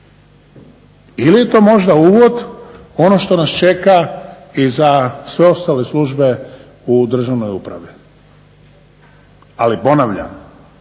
Ili je to možda uvod u ono što nas čeka i za sve ostale službe u državnoj upravi. Ali ponavljam,